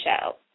show